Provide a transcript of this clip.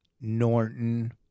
Norton